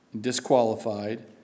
disqualified